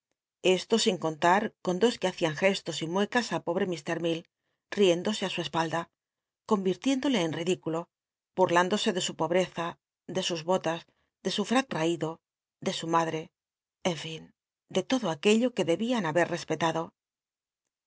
esto sin contaa con dos que hacían gestos y muecas al pobre ir l cll ai éndosc ti su espalda le su po'tiéndolc en ridículo bmlündosc e cowia breza de sus botas de su frac raiclo de su mada'c en fin de lodo ac ucllo c uc debían haber rcj